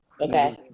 okay